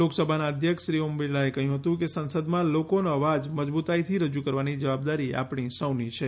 લોકસભાના અધ્યક્ષ શ્રી ઓમ બિરલાએ કહ્યુ હતુ કે સંસદમાં લોકોનો અવાજ મજબૂતાઇથી રજૂ કરવાની જવાબદારી આપણી સૌની છે